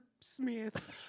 smith